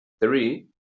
Three